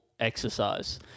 exercise